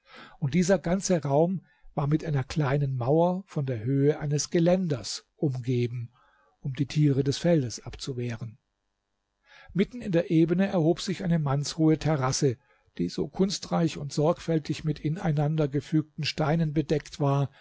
und dieser ganze raum war mit einer kleinen mauer von der höhe eines geländers umgeben um die tiere des feldes abzuwehren mitten in der ebene erhob sich eine mannshohe terrasse die so kunstreich und sorgfältig mit ineinander gefügten steinen bedeckt war